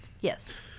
Yes